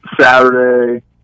Saturday